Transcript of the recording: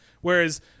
Whereas